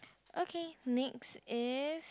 okay next is